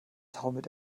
taumelt